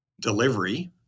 delivery